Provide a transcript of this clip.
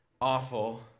awful